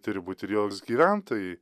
turi būt ir jos gyventojai